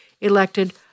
elected